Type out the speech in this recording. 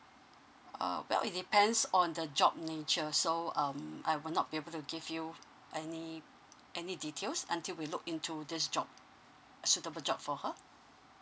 oh well it depends on the job nature so um I will not be able to give you any any details until we look into this job a suitable job for her